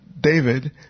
David